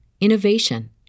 innovation